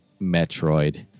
Metroid